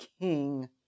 king